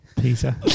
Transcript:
peter